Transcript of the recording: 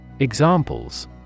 Examples